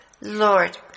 Lord